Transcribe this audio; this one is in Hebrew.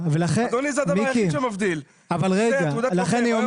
אדוני, זה הדבר היחיד שמבדיל, זה, תעודת לוחם.